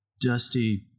dusty